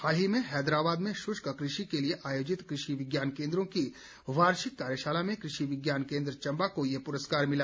हाल ही में हैदराबाद में शुष्क कृषि के लिए आयोजित कृषि विज्ञान केंद्रों की वार्षिक कार्यशाला में कृषि विज्ञान केंद्र चंबा को ये पुरस्कार मिला